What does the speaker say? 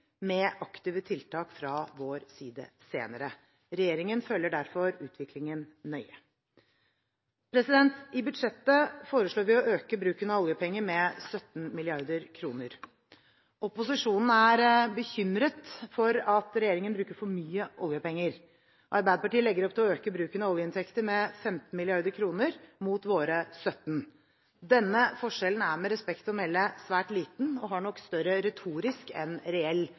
med aktive tiltak fra vår side senere. Regjeringen følger derfor utviklingen nøye. I budsjettet foreslår vi å øke bruken av oljepenger med 17 mrd. kr. Opposisjonen er bekymret for at regjeringen bruker for mye oljepenger. Arbeiderpartiet legger opp til å øke bruken av oljeinntekter med 15 mrd. kr, mot våre 17 mrd. kr. Denne forskjellen er med respekt å melde svært liten og har nok større retorisk enn reell